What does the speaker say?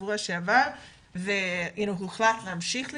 בשבוע שעבר והוחלט להמשיך להיפגש,